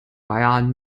bayern